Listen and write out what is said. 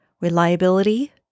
reliability